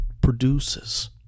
produces